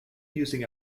using